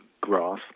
grass